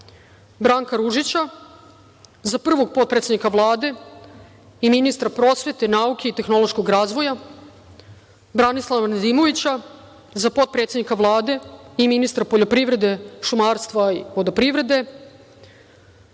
Branka Ružića za prvog potpredsednika Vlade i ministra prosvete, nauke i tehnološkog razvoja, Branislava Nedimovića za potpredsednika Vlade i ministra poljoprivrede, šumarstva i vodoprivrede,